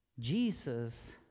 Jesus